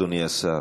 אדוני השר.